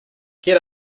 get